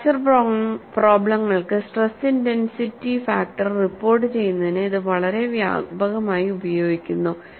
fracture പ്രോബ്ലെങ്ങൾക്ക് stress intensity factor റിപ്പോർട്ടുചെയ്യുന്നതിന് ഇത് വളരെ വ്യാപകമായി ഉപയോഗിക്കുന്നു